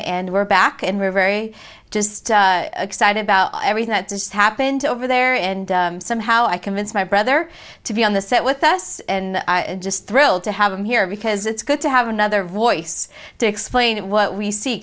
and we're back and we're very just excited about everything that just happened over there and somehow i convinced my brother to be on the set with us and just thrilled to have him here because it's good to have another voice to explain what we see